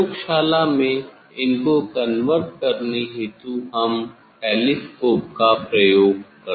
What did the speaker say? प्रयोगशाला में इनको कन्वर्ज करने हेतु हम टेलीस्कोप का प्रयोग करते हैं